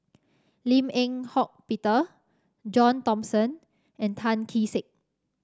Lim Eng Hock Peter John Thomson and Tan Kee Sek